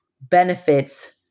benefits